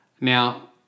Now